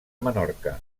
menorca